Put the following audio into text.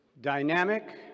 Dynamic